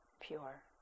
pure